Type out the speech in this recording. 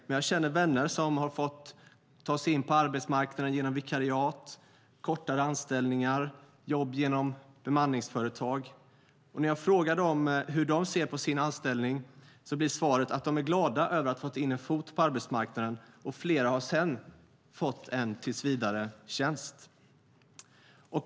Men jag känner vänner som har fått ta sig in på arbetsmarknaden genom vikariat, kortare anställningar och jobb genom bemanningsföretag. När jag frågar dem hur de ser på sin anställning blir svaret att de är glada över att ha fått in en fot på arbetsmarknaden. Flera har sedan fått en tillsvidaretjänst.